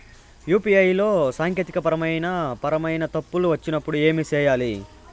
UPI లో సాంకేతికపరమైన పరమైన తప్పులు వచ్చినప్పుడు ఏమి సేయాలి